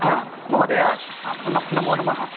हा महोदय नमो नमः